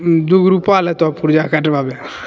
दुगो रुपा लेतो पुर्जा कटबाबे